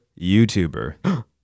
YouTuber